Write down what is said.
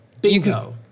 Bingo